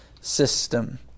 system